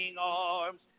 arms